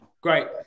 great